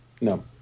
no